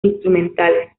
instrumentales